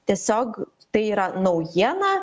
tiesiog tai yra naujiena